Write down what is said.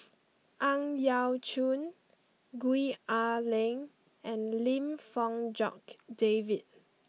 Ang Yau Choon Gwee Ah Leng and Lim Fong Jock David